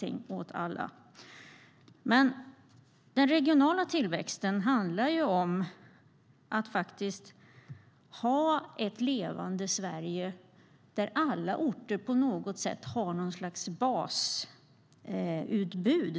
Men jag skulle vilja påstå att den regionala tillväxten handlar om att ha ett levande Sverige där alla orter har något slags basutbud.